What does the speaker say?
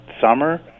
summer